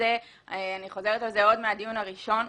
ואני חוזרת על זה עוד מהדיון הראשון,